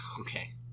Okay